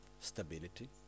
stability